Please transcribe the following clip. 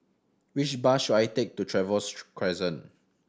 which bus should I take to Trevose Crescent